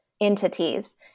entities